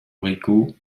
bricout